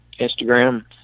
Instagram